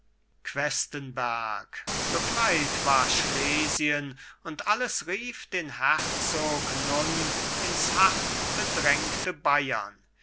questenberg befreit war schlesien und alles rief den herzog nun ins hart bedrängte bayern